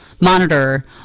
monitor